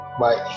bye